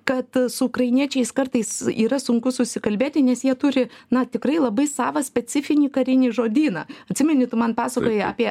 kad su ukrainiečiais kartais yra sunku susikalbėti nes jie turi na tikrai labai savą specifinį karinį žodyną atsimeni tu man pasakojai apie